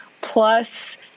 Plus